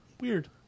weird